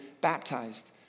baptized